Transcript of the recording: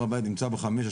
הר הבית נמצא בחמש,